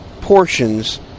portions